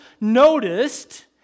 noticed